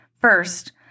First